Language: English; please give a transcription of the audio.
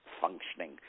functioning